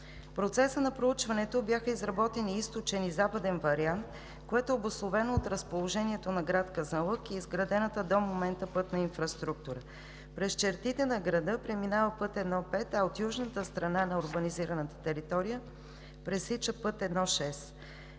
процеса на проучването бяха изработени източен и западен вариант, което е обусловено от разположението на град Казанлък и изградената до момента пътна инфраструктура. През чертите на града преминава път I-5, а от южната страна на урбанизираната територия пресича път I-6.